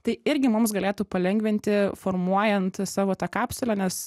tai irgi mums galėtų palengvinti formuojant savo tą kapsulę nes